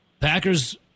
Packers